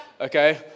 Okay